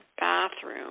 bathroom